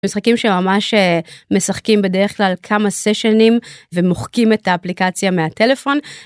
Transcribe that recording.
משחקים שממש משחקים בדרך כלל כמה סשנים ומוחקים את האפליקציה מהטלפון.